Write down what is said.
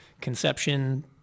conception